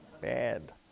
Bad